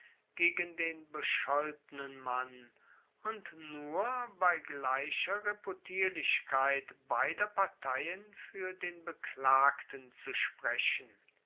gegen den bescholtenen mann und nur bei gleicher reputierlichkeit beider parteien fuer den beklagten zu sprechen